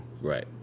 Right